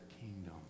kingdom